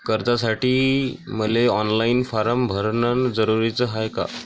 कर्जासाठी मले online form भरन जरुरीच हाय का?